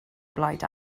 blaid